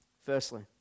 Firstly